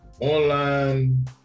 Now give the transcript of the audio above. online